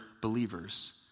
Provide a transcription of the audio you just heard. believers